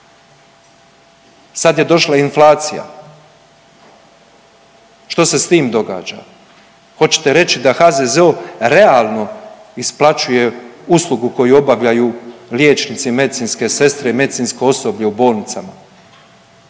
Sad je došla inflacija. Što se s tim događa? Hoćete reći da HZZO realno isplaćuje uslugu koju obavljaju liječnici i medicinske sestre i medicinsko osoblje u bolnicama.